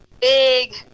big